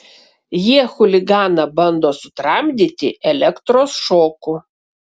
jie chuliganą bando sutramdyti elektros šoku